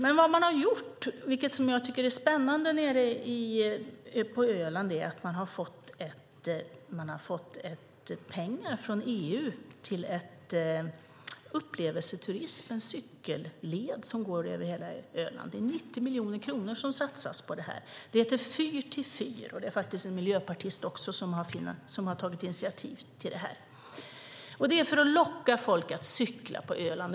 Det man har gjort, vilket jag tycker är spännande på Öland, är att man har fått pengar från EU till upplevelseturism, en cykelled som går över hela Öland. Det är 90 miljoner kronor som satsas på detta. Det heter Fyr till fyr, och det är faktiskt en miljöpartist här också som har tagit initiativ till detta. Det är för att locka folk att cykla på Öland.